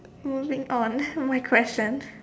moving on what's my question